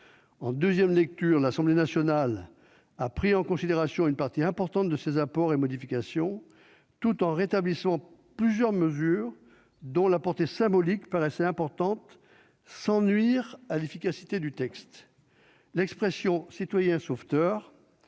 En deuxième lecture, l'Assemblée nationale a pris en considération une partie importante des apports et modifications sénatoriaux, tout en rétablissant plusieurs mesures, dont la portée symbolique paraissait importante, sans nuire à l'efficacité du texte. L'expression de « citoyen sauveteur »